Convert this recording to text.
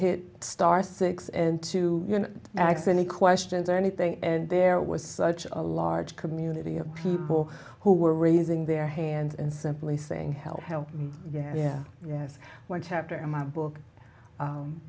hit star six and two acts any questions or anything and there was such a large community of people who were raising their hands and simply saying help help yeah yes one chapter in my book